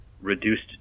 reduced